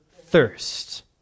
thirst